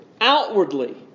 outwardly